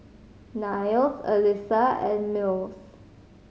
Niles Elissa and Mills